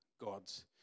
God's